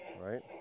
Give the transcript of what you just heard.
right